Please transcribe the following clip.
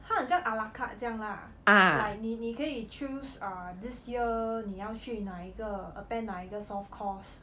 他很像 ala carte 这样 lah like 你你可以 choose err this year 你要去哪一个 attend 哪一个 soft course